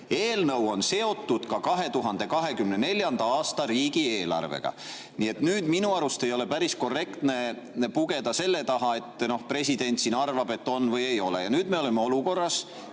eelnõu on seotud ka 2024. aasta riigieelarvega. Minu arust ei ole päris korrektne pugeda selle taha, et president arvab, et on või ei ole. Me oleme olukorras,